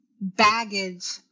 baggage